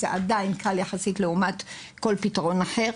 זה עדיין קל יחסית לעומת כל פתרון אחר.